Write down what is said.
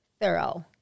thorough